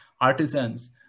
artisans